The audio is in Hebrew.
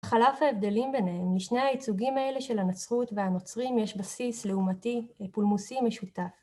חלף ההבדלים ביניהם לשני הייצוגים האלה של הנצרות והנוצרים יש בסיס לעומתי פולמוסי משותף.